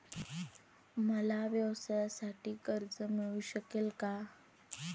मला व्यवसायासाठी कर्ज मिळू शकेल का?